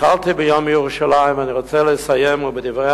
התחלתי ביום ירושלים ואני רוצה לסיים בדברי